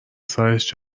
سرش